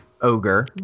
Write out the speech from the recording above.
ogre